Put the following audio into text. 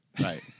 Right